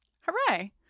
Hooray